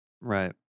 Right